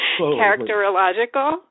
Characterological